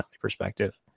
perspective